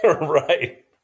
Right